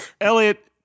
Elliot